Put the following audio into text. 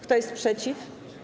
Kto jest przeciw?